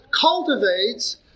cultivates